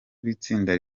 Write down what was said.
w’itsinda